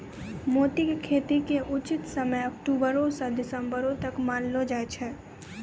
मोती के खेती के उचित समय अक्टुबरो स दिसम्बर तक मानलो जाय छै